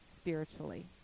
spiritually